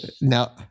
Now